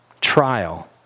Trial